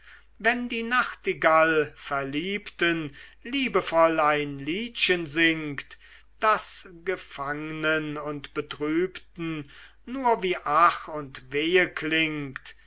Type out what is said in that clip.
wenn die nachtigall verliebten liebevoll ein liedchen singt das gefangnen und betrübten nur wie ach und wehe klingt